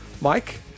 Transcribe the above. Mike